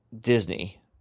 Disney